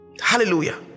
Hallelujah